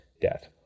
death